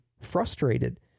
frustrated